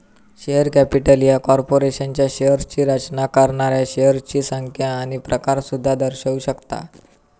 share capital ह्या कॉर्पोरेशनच्या शेअर्सची रचना करणाऱ्या शेअर्सची संख्या आणि प्रकार सुद्धा दर्शवू शकता